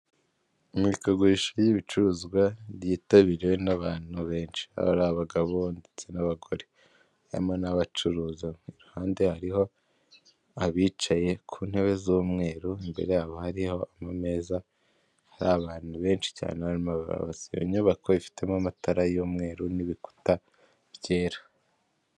Imurikagurisha ry'ibicuruzwa ryitabiriwe n'abantu benshi, hari abagabo ndetse n'abagore harimo n'abacuruza iruhande hariho abicaye ku ntebe z'umweru imbere yabo hari ameza, hari abantu benshi cyane inyubako ifitemo amatara y'umweru n'ibikuta byera.